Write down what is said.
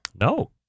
No